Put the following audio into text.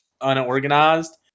unorganized